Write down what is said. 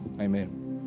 Amen